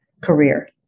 career